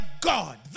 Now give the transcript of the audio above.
God